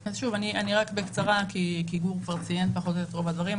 בקצרה כי רוב הדברים צוינו.